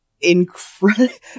incredible